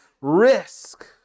risk